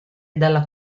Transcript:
dalla